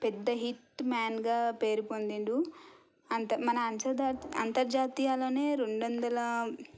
పెద్ద హిట్మ్యాన్గా పేరు పొందాడు అంతే మన అన్సర్ దాటి అంతర్జాతీయంగానే రెండు వందల